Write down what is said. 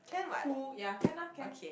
who ya can lah can